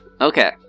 okay